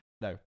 No